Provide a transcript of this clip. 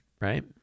right